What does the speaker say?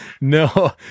No